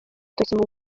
agatoki